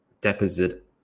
deposit